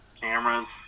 cameras